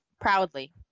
Proudly